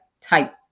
type